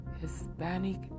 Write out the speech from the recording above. Hispanic